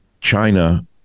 China